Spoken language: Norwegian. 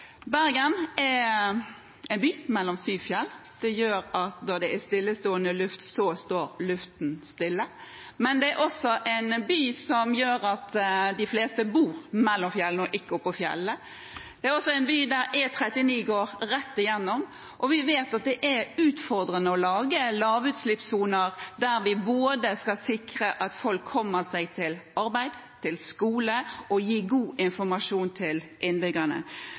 Bergen er en by mellom syv fjell, og det gjør at når det er stillestående luft, står luften stille, men det er også en by der de fleste bor mellom fjellene og ikke oppå fjellene. Det er også en by hvor E39 går rett igjennom, og vi vet at det er utfordrende å lage lavutslippssoner der vi både skal sikre at folk kommer seg til arbeid, til skole, og gi god informasjon til innbyggerne.